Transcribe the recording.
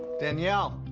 danielle.